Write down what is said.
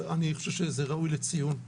ואני חושב שזה ראוי לציון.